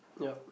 yup